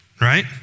right